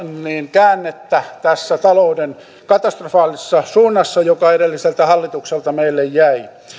käännettä tässä talouden katastrofaalisessa suunnassa joka edelliseltä hallitukselta meille jäi